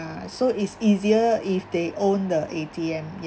uh so it's easier if they own the A_T_M